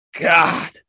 God